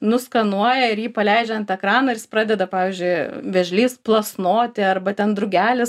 nuskanuoja ir jį paleidžia ant ekrano ir jis pradeda pavyzdžiui vėžlys plasnoti arba ten drugelis